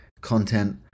content